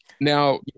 Now